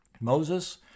Moses